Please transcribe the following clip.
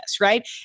right